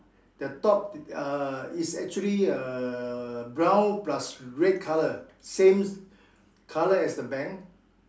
the top is err is actually err brown plus red colour same colour as the bank